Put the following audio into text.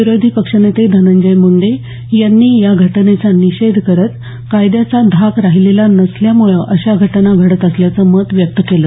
विरोधी पक्षनेते धनंजय मुंडे यांनी या घटनेचा निषेध करत कायद्याचा धाक राहिलेला नसल्यामुळे अशा घटना घडत असल्याचं मत व्यक्त केलं